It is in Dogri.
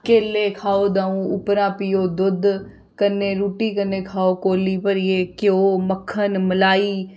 केले खाओ दं'ऊ उप्परा पिओ दुद्ध कन्नै रुट्टी कन्नै खाओ कोल्ली भरियै घ्यो मक्खन मलाई